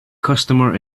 customer